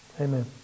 amen